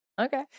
Okay